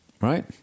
Right